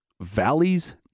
Valley's